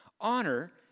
Honor